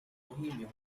bohemia